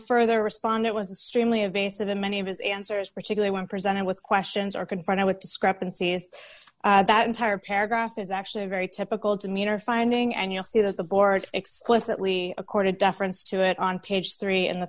further respond it was a stream lee invasive in many of his answers particular when presented with questions or confronted with discrepancies that entire paragraph is actually a very typical demeanor finding and you'll see that the board explicitly accorded deference to it on page three and the